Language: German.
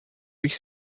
wich